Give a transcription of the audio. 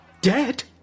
Dead